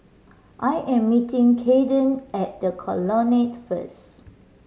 I am meeting Caden at The Colonnade first